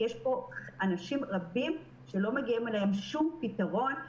יש פה אנשים רבים שלא מגיע אליהם שום פתרון.